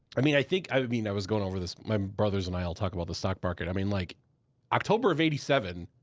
i mean, i think, i mean, i was going over this. my brothers and i all talk about the stock market. i mean, like october of eighty seven,